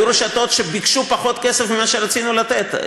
היו רשתות שביקשו פחות כסף ממה שרצינו לתת.